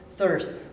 thirst